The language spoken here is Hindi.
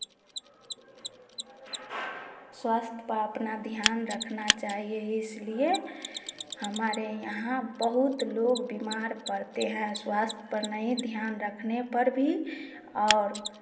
स्वास्थ्य पर अपना ध्यान रखना चाहिए इसलिए हमारे यहाँ बहुत लोग बीमार पड़ते हैं स्वास्थ्य पर नहीं ध्यान रखने पर भी और